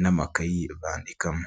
n'amakayi bandikamo.